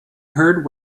heard